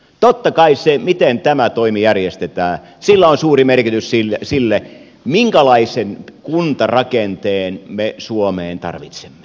totta kai sillä miten tämä toimi järjestetään on suuri merkitys sille minkälaisen kuntarakenteen me suomeen tarvitsemme